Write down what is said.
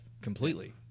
completely